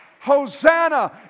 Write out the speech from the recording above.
Hosanna